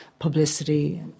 publicity